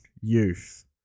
youth